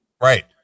Right